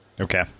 Okay